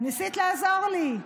ניסית לעזור לי?